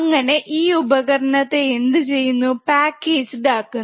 അങ്ങനെ ഈ ഉപകരണത്തെ എന്ത് ചെയ്യുന്നു പാക്കേജ്ഡ് ആകുന്നു